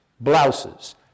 blouses